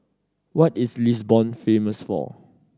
what is Lisbon famous for